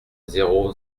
zéro